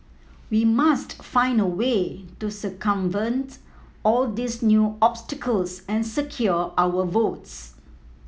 we must find a way to circumvent all these new obstacles and secure our votes